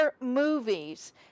movies